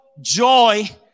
joy